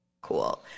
cool